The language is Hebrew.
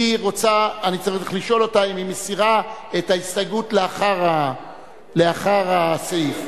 אני צריך לשאול אותה אם היא מסירה את ההסתייגות לאחר הסעיף.